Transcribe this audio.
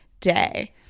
day